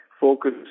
focus